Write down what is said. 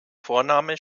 vorname